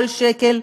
כל שקל,